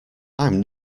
i’m